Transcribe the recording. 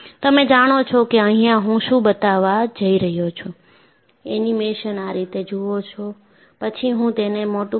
તમે જાણો છો કે અહિયાં હું શું બતાવવા જઈ રહ્યો છું એનિમેશન આ રીતે જુઓ છો પછી હું તેને મોટુ કરીશ